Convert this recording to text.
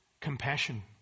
Compassion